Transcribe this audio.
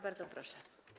Bardzo proszę.